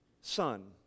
Son